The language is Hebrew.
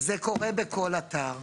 זה קורה בכול אתר.